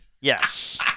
Yes